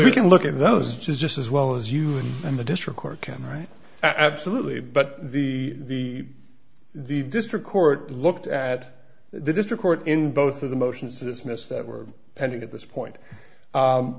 we can look at those just as well as you and the district court can right absolutely but the the district court looked at the district court in both of the motions to dismiss that were pending at this point